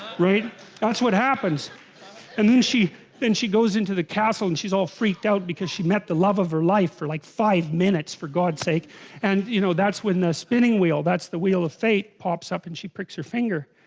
great that's what happened and then she then goes into the castle and she's all freaked out because she met the love of her life for like five minutes for god's sake and you know that's when the spinning wheel that's the wheel of fate pops up and she pricks her finger?